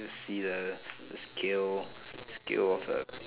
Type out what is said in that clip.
let's see the skill skill of the